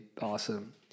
awesome